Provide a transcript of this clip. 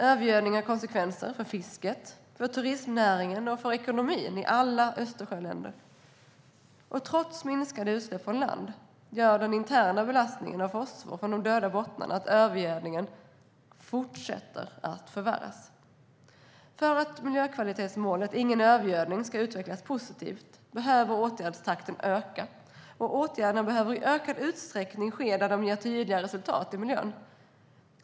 Övergödningen har konsekvenser för fisket, turistnäringen och ekonomin i alla Östersjöländer. Trots minskade utsläpp från land gör den interna belastningen av fosfor från de döda bottnarna att övergödningen fortsätter att förvärras. För att miljökvalitetsmålet Ingen övergödning ska utvecklas positivt behöver åtgärdstakten öka, och åtgärderna behöver i ökad utsträckning vidtas där det kan ge tydliga resultat i miljön.